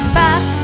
back